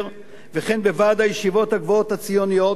וכן בוועד הישיבות הגבוהות הציוניות,